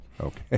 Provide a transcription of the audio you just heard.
Okay